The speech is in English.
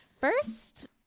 First